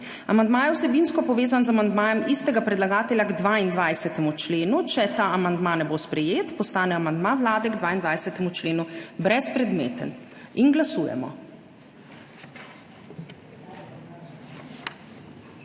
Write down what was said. amandma je vsebinsko povezan z amandmajem istega predlagatelja k 22. členu. Če ta amandma ne bo sprejet, postane amandma Vlade k 22. členu brezpredmeten. Glasujemo.